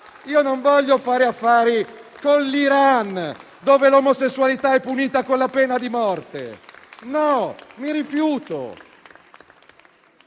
Io non voglio fare affari con l'Iran, dove l'omosessualità è punita con la pena di morte. No, mi rifiuto.